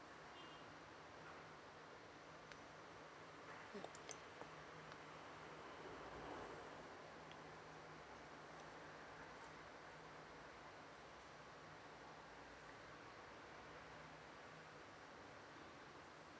mm